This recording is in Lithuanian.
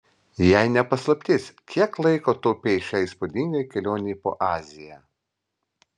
jei ne paslaptis kiek laiko taupei šiai įspūdingai kelionei po aziją